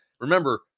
remember